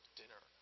dinner